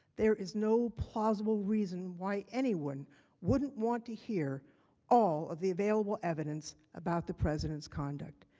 there is no possible reason why anyone wouldn't want to hear all of the available evidence about the president's conduct.